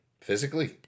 physically